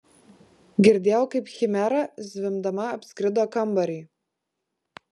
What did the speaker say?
girdėjau kaip chimera zvimbdama apskrido kambarį